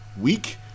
week